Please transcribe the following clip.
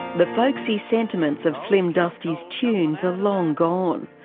the folksy sentiments of slim dusty's tunes are long gone.